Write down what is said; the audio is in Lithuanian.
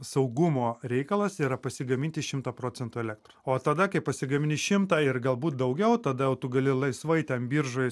saugumo reikalas yra pasigaminti šimtą procentų elektrą o tada kai pasigamini šimtą ir galbūt daugiau tada jau tu gali laisvai ten biržoj